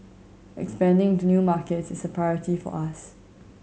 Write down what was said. expanding into new markets is a priority for us